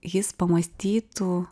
jis pamąstytų